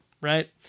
Right